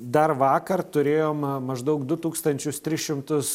dar vakar turėjome maždaug du tūkstančius tris šimtus